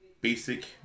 basic